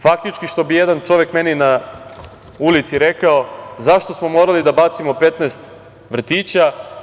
Faktički, što bi jedan čovek meni na ulici rekao – zašto smo morali da bacimo 15 vrtića?